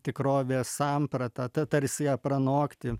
tikrovės sampratą ta tarsi ją pranokti